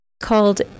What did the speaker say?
called